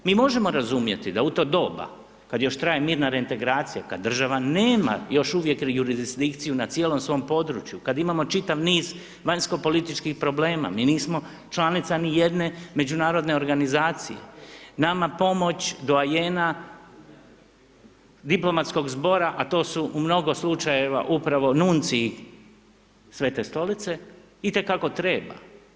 Mi možemo razumjeti da u to doba kad još traje mirna reintegracija kad država nema još uvijek jurisdikciju na cijelom svom području, kad imamo čitav niz vanjskopolitičkih problema, mi nismo članica ni jedne međunarodne organizacije, nama pomoć doajena diplomatskog zbora a to su u mnogo slučajeva upravo nunciji Svete Stolice itekako treba.